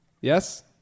Yes